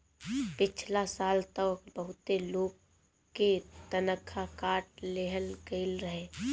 पिछला साल तअ बहुते लोग के तनखा काट लेहल गईल रहे